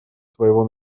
своего